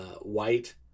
white